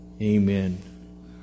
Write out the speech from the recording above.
Amen